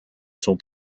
son